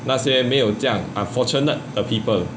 那些没有这样 unfortunate the people